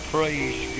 Praise